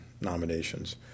nominations